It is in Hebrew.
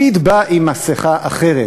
לפיד בא עם מסכה אחרת.